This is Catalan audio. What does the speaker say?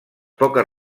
poques